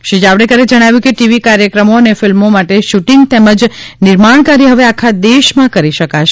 શ્રી જાવડેકરે જણાવ્યું કે ટીવી કાર્યક્રમો અને ફિલ્મો માટે શૂટિંગ તેમ જ નિર્માણ કાર્ય હવે આખા દેશમાં કરી શકાશે